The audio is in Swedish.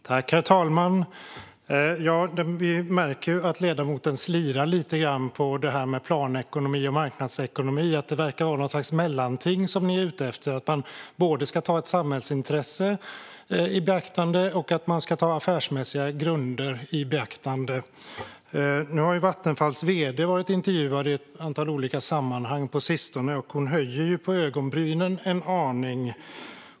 Herr talman! Vi märker att ledamoten slirar lite grann när det gäller detta med planekonomi eller marknadsekonomi. Det verkar vara något slags mellanting ni är ute efter - att man ska ta både ett samhällsintresse och affärsmässiga grunder i beaktande. På sistone har Vattenfalls vd varit intervjuad i ett antal olika sammanhang, och hon höjer på ögonbrynen en aning.